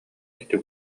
ити